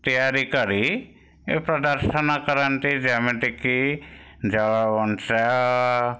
ତିଆରି କରି ଏକ ଦର୍ଶନ କରନ୍ତି ଯେମିତିକି ଜଳ ବଞ୍ଚାଅ